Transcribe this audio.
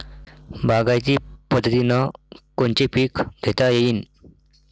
बागायती पद्धतीनं कोनचे पीक घेता येईन?